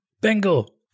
Bengal